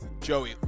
joey